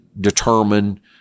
determine